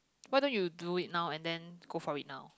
why don't you do it now and then go for it now